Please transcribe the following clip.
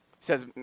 Says